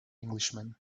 englishman